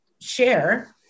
share